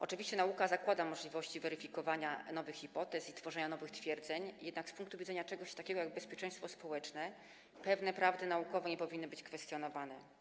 Oczywiście nauka zakłada możliwości weryfikowania nowych hipotez i tworzenia nowych twierdzeń, jednak z punktu widzenia czegoś takiego jak bezpieczeństwo społeczne pewne prawdy naukowe nie powinny być kwestionowane.